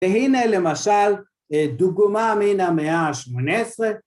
‫והנה למשל דוגמה מן המאה ה-18.